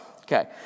Okay